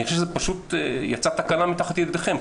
פשוט יצאה תקלה מתחת ידיכם.